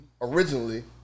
Originally